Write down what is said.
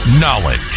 Knowledge